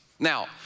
Now